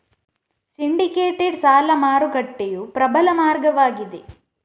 syndicated ಸಾಲ ಮಾರುಕಟ್ಟೆಯು ಪ್ರಬಲ ಮಾರ್ಗವಾಗಿದೆ